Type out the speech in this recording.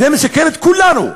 זה מסכן את כולנו.